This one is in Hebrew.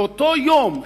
באותו יום,